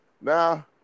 now